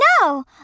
No